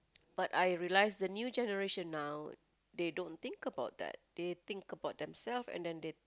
but I realize the new generation now they don't think about that they think about themselves and then they